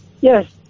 Yes